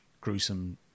gruesome